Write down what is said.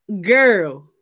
Girl